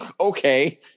okay